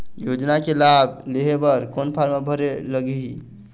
योजना के लाभ लेहे बर कोन फार्म भरे लगही?